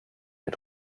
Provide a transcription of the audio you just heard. mit